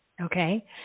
okay